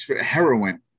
Heroin